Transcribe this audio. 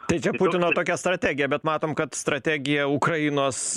tai čia putino tokia strategija bet matom kad strategija ukrainos